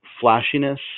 flashiness